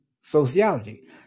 sociology